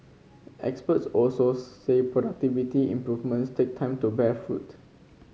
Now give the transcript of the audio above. experts also say productivity improvements take time to bear fruit